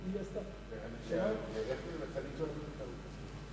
אדוני יושב-ראש ועדת הכספים,